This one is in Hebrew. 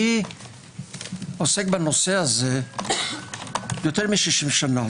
אני עוסק בנושא הזה יותר משישים שנה.